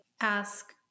ask